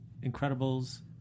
Incredibles